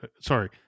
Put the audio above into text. sorry